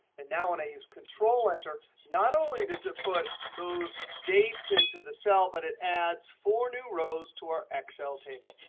and now when i use control-enter, not only does it put those dates into the cell, but it adds four new rows to our excel table.